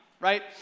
right